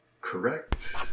Correct